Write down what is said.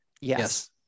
Yes